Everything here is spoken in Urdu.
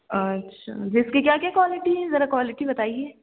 اچھا جی اس کی کیا کیا کوالٹی ہے ذرا کوالٹی بتائیے